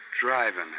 driving